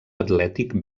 atlètic